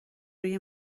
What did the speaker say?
روی